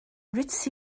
ritzy